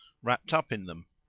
wrapped up in them.